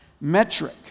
metric